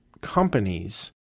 companies